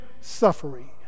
suffering